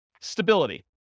Stability